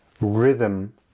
rhythm